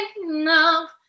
enough